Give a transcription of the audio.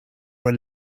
are